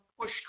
push